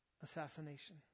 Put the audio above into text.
assassination